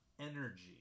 energy